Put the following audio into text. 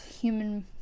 Human